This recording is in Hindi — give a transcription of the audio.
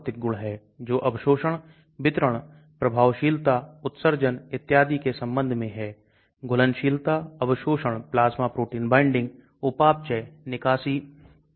Thermodynamics सीधे प्रकार से ठोस क्रिस्टलाइन पदार्थ में जलीय विलायक को मिलाना और फिर घुलनशील और ठोस पदार्थ के बीच में संतुलन की स्थापना करना है